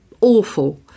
awful